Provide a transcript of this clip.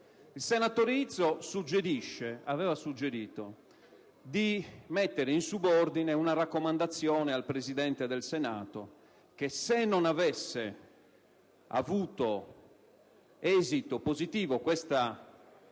il senatore Izzo aveva suggerito di rivolgere in subordine una raccomandazione al Presidente del Senato secondo la quale, se non avesse avuto esito positivo la